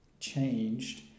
changed